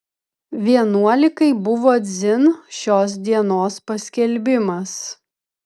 vienuolikai buvo dzin šios dienos paskelbimas